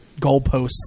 goalposts